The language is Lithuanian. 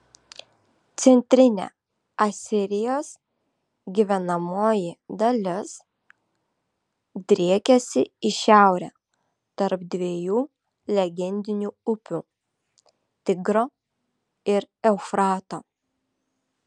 centrinė asirijos gyvenamoji dalis driekėsi į šiaurę tarp dviejų legendinių upių tigro ir eufrato